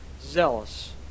zealous